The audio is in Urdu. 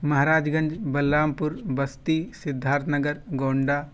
مہاراج گنج بلرامپور بستی سدھارتھ نگر گونڈا